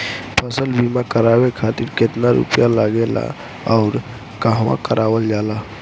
फसल बीमा करावे खातिर केतना रुपया लागेला अउर कहवा करावल जाला?